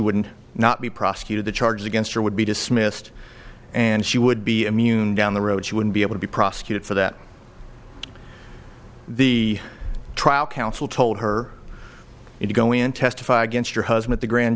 wouldn't not be prosecuted the charges against her would be dismissed and she would be immune down the road she wouldn't be able to be prosecuted for that the trial counsel told her to go in testify against her husband the grand